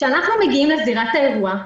כשאנחנו מגיעים לזירת האירוע,